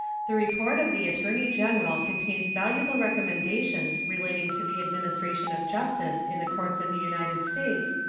the report of the attorney-general contains valuable recommendations relating to the administration of justice in the courts of the united states,